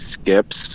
skips